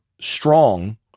strong